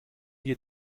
wir